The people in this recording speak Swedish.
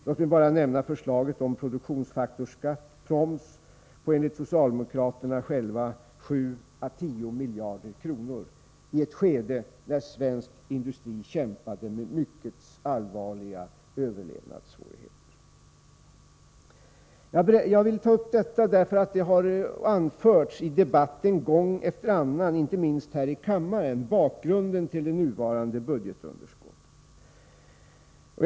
Låt mig bara nämna förslaget om produktionsfaktorsskatt — proms — som enligt socialdemokraterna själva skulle uppgå till 7-10 miljarder kronor i ett skede när svensk industri kämpade med mycket allvarliga överlevnadssvårigheter. Jag vill ta upp detta därför att bakgrunden till det nuvarande budgetunderskottet gång efter annan har anförts i debatten, inte minst här i kammaren.